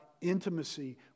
intimacy